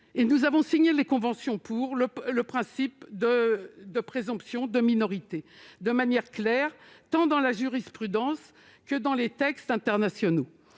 international, lequel consacre le principe de présomption de minorité de manière claire, tant dans la jurisprudence que dans les textes internationaux.